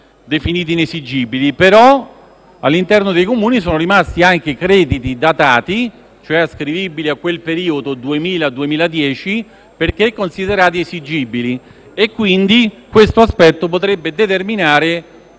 definiti inesigibili. Però, all'interno dei Comuni sono rimasti anche crediti datati, cioè ascrivibili al periodo 2000-2010 perché considerati esigibili; tale aspetto potrebbe determinare